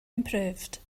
improved